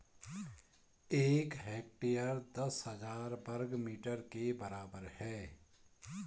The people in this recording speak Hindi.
एक हेक्टेयर दस हजार वर्ग मीटर के बराबर है